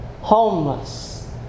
homeless